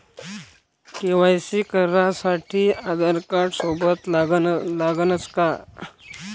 KYC करासाठी आधारकार्ड सोबत लागनच का?